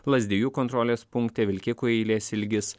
lazdijų kontrolės punkte vilkikų eilės ilgis